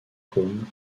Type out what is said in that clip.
côme